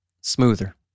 smoother